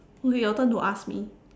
okay your turn to ask me